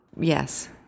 Yes